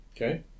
Okay